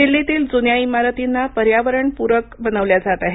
दिल्लीतील जुन्या इमारतींना पर्यावरणपूरक इमारती बनवल्या जात आहेत